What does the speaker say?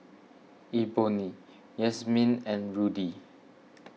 Ebony Yasmeen and Rudy